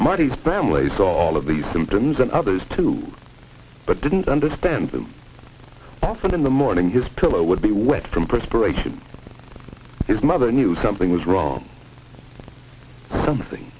marty families all of these symptoms and others too but didn't understand that often in the morning his pillow would be wet from perspiration his mother knew something was wrong something